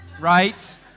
right